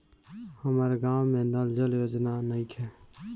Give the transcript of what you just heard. हमारा गाँव मे नल जल योजना नइखे?